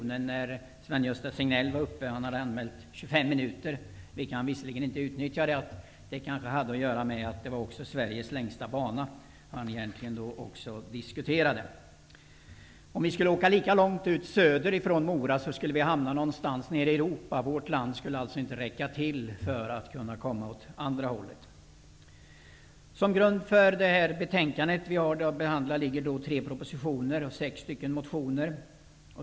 När Sven-Gösta Signell hade anmält 25 minuter, gjorde jag den reflektionen att det kanske hade att göra med att det är Sveriges längsta bana som vi diskuterar. Skulle vi åka lika långt söderut från Mora, skulle vi hamna någonstans nere i Europa. Vårt land skulle inte räcka så långt åt det hållet. Som grund till föreliggande betänkande ligger tre propositioner och sex motioner.